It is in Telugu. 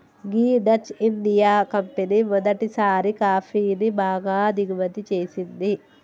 గీ డచ్ ఇండియా కంపెనీ మొదటిసారి కాఫీని బాగా దిగుమతి చేసింది